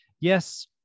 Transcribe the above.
yes